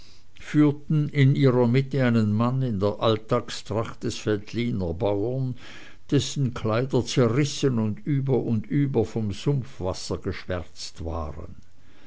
führten in ihrer mitte einen mann in der alltagstracht des veltlinerbauers dessen kleider zerrissen und über und über von sumpfwasser geschwärzt waren